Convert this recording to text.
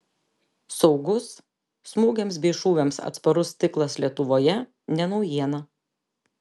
saugus smūgiams bei šūviams atsparus stiklas lietuvoje ne naujiena